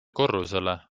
korrusele